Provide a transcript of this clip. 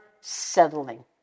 settling